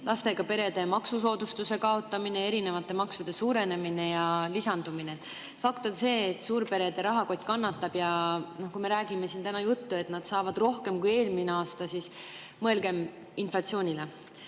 lastega perede maksusoodustuse kaotamine ja erinevate maksude suurenemine ja lisandumine. Fakt on see, et suurperede rahakott kannatab. Kui me räägime siin täna juttu, et nad saavad rohkem kui eelmisel aastal, siis mõelgem inflatsioonile.